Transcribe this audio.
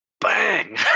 bang